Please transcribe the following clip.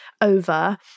over